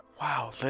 wow